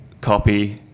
copy